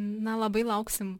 na labai lauksim